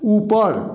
ऊपर